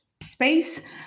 space